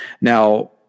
Now